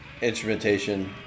instrumentation